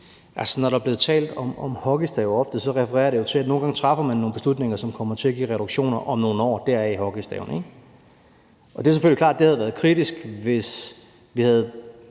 når der ofte er blevet talt om hockeystave, refererer det jo til, at man nogle gange træffer nogle beslutninger, som kommer til at give reduktioner om nogle år – deraf hockeystaven. Det er selvfølgelig klart, at det havde været kritisk, hvis vi havde